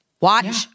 Watch